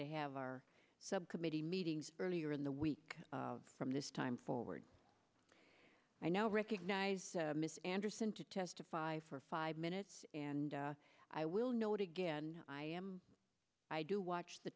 to have our subcommittee meetings earlier in the week from this time forward i now recognize miss anderson to testify for five minutes and i will note again i am i do watch the